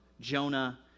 jonah